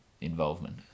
involvement